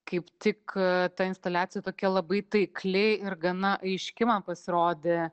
kaip tik ta instaliacija tokia labai taikli ir gana aiški man pasirodė